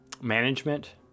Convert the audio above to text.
management